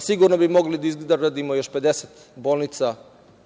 Sigurno bi mogli da izgradimo još 50 bolnica